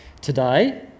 today